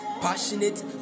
passionate